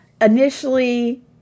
initially